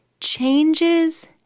changes